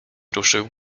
ruszył